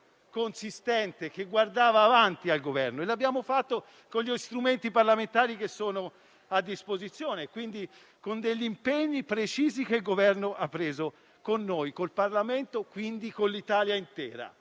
consistente, che guarda avanti. E lo abbiamo fatto con gli strumenti parlamentari che sono a disposizione e, dunque, con gli impegni precisi che il Governo ha preso con noi, col Parlamento e quindi con l'Italia intera.